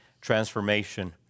transformation